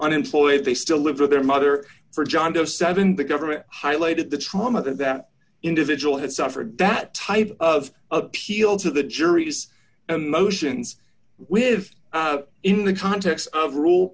unemployed they still lived with their mother for john doe seven the government highlighted the trauma that that individual had suffered that type of appeal to the jury's emotions with in the context of rule